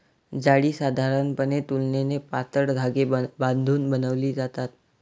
जाळी साधारणपणे तुलनेने पातळ धागे बांधून बनवली जातात